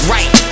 Right